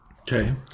Okay